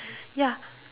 ya